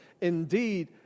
indeed